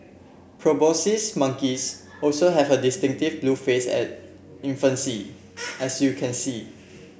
proboscis monkeys also have a distinctive blue face at infancy as you can see